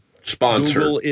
sponsored